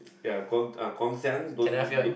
ya Guang~ Guang-Xiang don't look